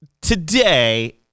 today